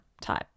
type